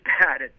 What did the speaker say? bad